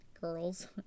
Girls